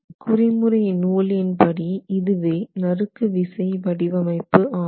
குறிமுறை நூலின்படி இதுவே நறுக்கு விசை வடிவமைப்பு ஆகும்